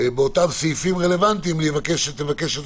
באותם סעיפים רלוונטיים אני מבקש שתבקש את